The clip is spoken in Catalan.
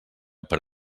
per